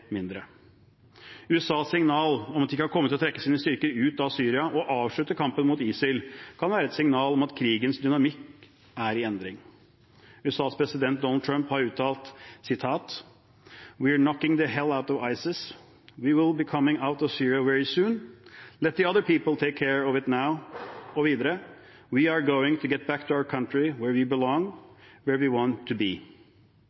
mindre. USAs signal om at de kan komme til å trekke sine styrker ut av Syria og avslutte kampen mot ISIL, kan være et signal om at krigens dynamikk er i endring. USAs president Donald Trump har uttalt: «We’re knocking the hell out of ISIS. We’ll be coming out of Syria very soon. Let the other people take care of it now.» Og videre: «We’re going to get back